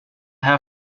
här